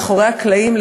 מאחורי הקלעים,